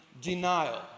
denial